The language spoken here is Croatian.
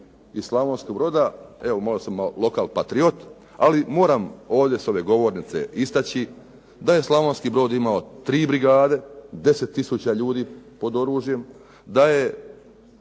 Slavonski Brod imao tri brigade, 10 tisuća ljudi pod oružjem, da su